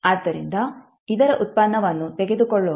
ಆದ್ದರಿಂದ ಇದರ ಉತ್ಪನ್ನವನ್ನು ತೆಗೆದುಕೊಳ್ಳೋಣ